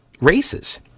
races